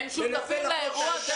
הם שותפים לכל האירוע?